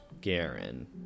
Garen